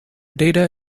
data